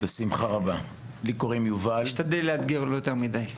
אבל אשתדל לא לאתגר יותר מידי.